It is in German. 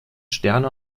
sterne